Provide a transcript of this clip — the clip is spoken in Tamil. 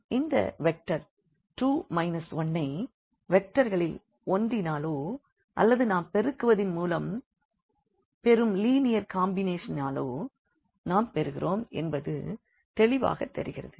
x1 1 y 1 1 2 2 இந்த வெக்டர் 2 1ஐ இந்த வெக்டர்களில் ஒன்றினாலோ அல்லது நாம் பெருக்குவதின் மூலம் பெரும் லீனியர் காம்பினேஷன்ஸாலோ நாம் பெறுகிறோம் என்பது தெளிவாகத் தெரிகிறது